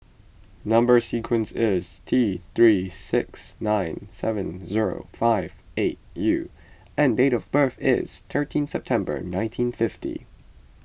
Number Sequence is T three six nine seven zero five eight U and date of birth is thirteen September nineteen fifty